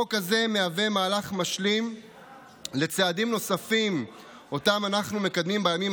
החוק הזה מהווה מהלך משלים לצעדים נוספים שאנחנו מקדמים בימים